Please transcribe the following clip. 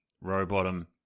Rowbottom